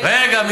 רגע.